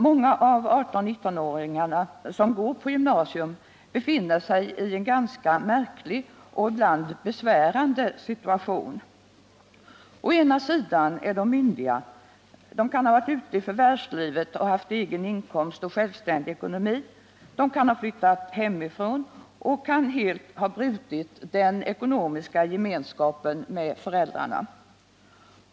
Många av 18-19-åringarna som går på gymnasium befinner sig i en ganska märklig och ibland besvärande situation. Å ena sidan är de .myndiga; de kan ha varit ute i förvärvslivet och haft egen inkomst och självständig ekonomi, de kan ha flyttat hemifrån och helt brutit den ekonomiska gemenskapen med föräldrarna.